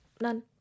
none